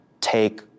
take